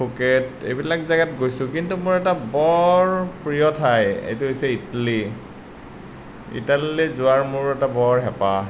Phuket এইবিলাক জেগাত গৈছো কিন্তু মোৰ এটা বৰ প্ৰিয় ঠাই এইটো হৈছে ইটলী ইটালীলৈ যোৱাৰ মোৰ এটা বৰ হেঁপাহ